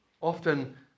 often